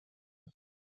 sein